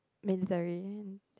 military